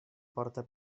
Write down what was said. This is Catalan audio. porta